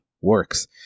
works